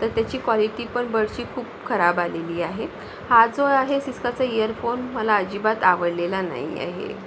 तर त्याची क्वालिटी पण बडची खूप खराब आलेली आहे हा जो आहे सिस्काचा इयरफोन मला अजिबात आवडलेला नाही आहे